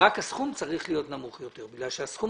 הסכום צריך להיות נמוך יותר כי הסכום